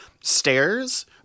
stairs